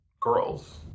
girls